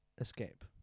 Escape